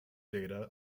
data